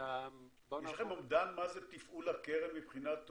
יש לכם אומדן של תפעול הקרן מבחינת הוצאות?